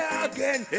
again